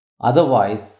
Otherwise